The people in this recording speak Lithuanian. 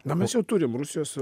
na mes jau turim rusijos